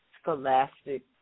scholastic